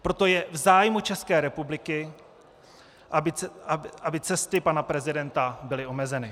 Proto je v zájmu České republiky, aby cesty pana prezidenta byly omezeny.